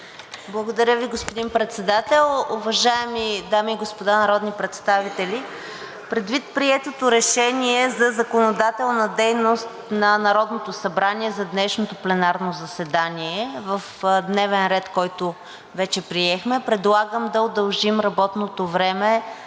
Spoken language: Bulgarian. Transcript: Благодаря Ви, господин Председател. Уважаеми дами и господа народни представители, предвид приетото решение за законодателна дейност на Народното събрание за днешното пленарно заседание в дневен ред, който вече приехме, предлагам да удължим работното време